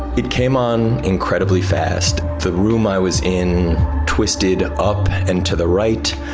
it came on incredibly fast the room i was in twisted up and to the right.